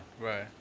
Right